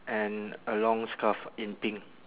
and a long scarf in pink